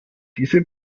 diese